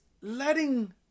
letting